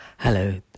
Hello